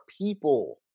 people